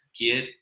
get